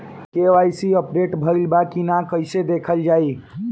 KYC update भइल बा कि ना कइसे देखल जाइ?